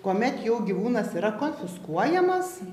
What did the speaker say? kuomet jau gyvūnas yra konfiskuojamas